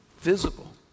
visible